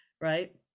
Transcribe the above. right